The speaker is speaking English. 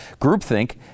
groupthink